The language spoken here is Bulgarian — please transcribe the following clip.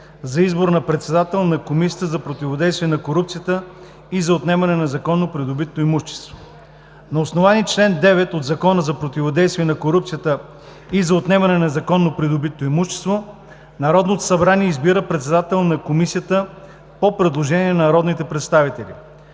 за избор на председател на Комисията за противодействие на корупцията и за отнемане на незаконно придобитото имущество. На основание член 9 от Закона за противодействие на корупцията и за отнемане на незаконно придобитото имущество Народното събрание избира председател на Комисията по предложение на народните представители.